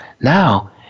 Now